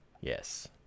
Yes